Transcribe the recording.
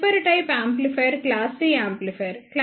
తదుపరి type amplifier class C amplifier